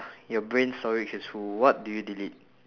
your brain storage is full what do you delete